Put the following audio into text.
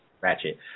Ratchet